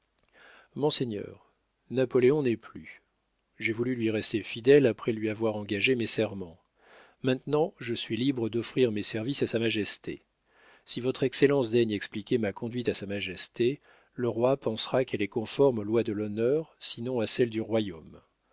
monseigneur napoléon n'est plus j'ai voulu lui rester fidèle après lui avoir engagé mes serments maintenant je suis libre d'offrir mes services à sa majesté si votre excellence daigne expliquer ma conduite à sa majesté le roi pensera qu'elle est conforme aux lois de l'honneur sinon à celle du royaume